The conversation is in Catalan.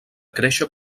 créixer